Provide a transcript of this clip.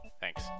Thanks